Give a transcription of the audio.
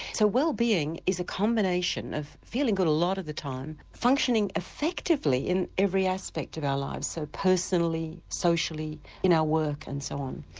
so, wellbeing is a combination of feeling good a lot of the time, functioning effectively in every aspect of our lives so personally, socially, in our work and so on.